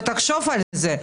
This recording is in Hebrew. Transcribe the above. ותחשוב על זה.